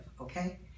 Okay